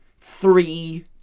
three